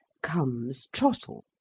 comes trottle.